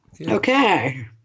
Okay